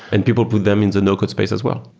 and people put them into no code space as well.